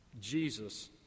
Jesus